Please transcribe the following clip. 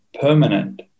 permanent